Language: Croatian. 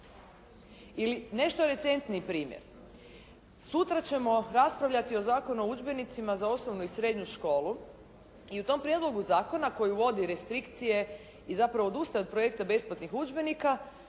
nešto recentniji primjer. Sutra ćemo raspravljati o Zakonu o udžbenicima za osnovnu i srednju školu i u tom prijedlogu zakona koji uvodi restrikcije i zapravo odustaje od projekta besplatnih udžbenika,